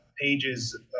pages